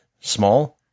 small